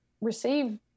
receive